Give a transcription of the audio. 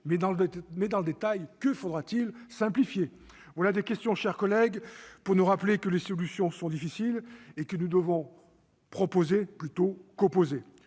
Mais, dans le détail, que faudra-t-il simplifier ? Toutes ces questions, mes chers collègues, doivent nous rappeler que les solutions ne sont pas simples à trouver et que nous devons proposer plutôt qu'opposer.